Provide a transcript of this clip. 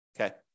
Okay